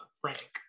Frank